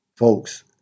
Folks